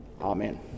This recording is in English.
Amen